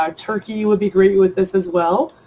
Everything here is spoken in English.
um turkey would be great with this as well.